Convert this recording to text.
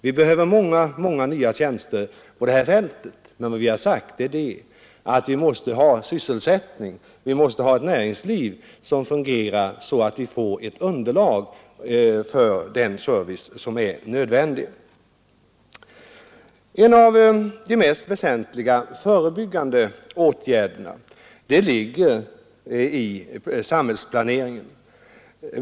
Vi behöver många nya tjänster på det här fältet. Vi har sagt att vi måste ha en god sysselsättning och ett näringsliv som fungerar så att vi får ett underlag för den service som är nödvändig. En av de mest väsentliga förebyggande åtgärderna ligger i samhällsplaneringen.